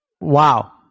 Wow